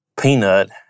peanut